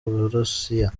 uburusiya